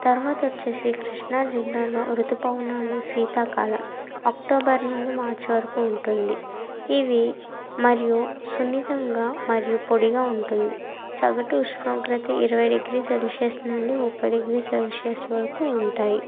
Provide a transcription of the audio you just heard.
తర్వాత వచ్చేసి కృష్ణాజిల్లాలో రుతుపవనాలు శీతాకాల అక్టోబర్ నుండి మార్చి వరకు ఉంటుంది ఇవి మరియు సున్నితంగా మరియు పొడిగా ఉంటుంది సగటు ఉష్ణోగ్రత ఇరవై డిగ్రీల సెల్సియస్ నుండి ముప్పై డిగ్రీల సెల్సియస్ వరకు ఉంటాయి